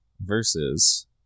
versus